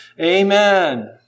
Amen